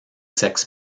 sex